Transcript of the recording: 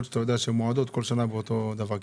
שאתה יודע שהן מועדות וכל שנה זה אותו דבר?